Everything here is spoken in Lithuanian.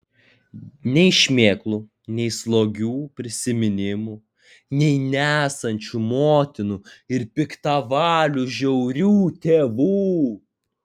nei šmėklų nei slogių prisiminimų nei nesančių motinų ir piktavalių žiaurių tėvų